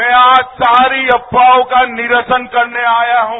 मैं आज सारी अफवाहों का निरसन करने आया हूं